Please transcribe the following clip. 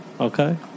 okay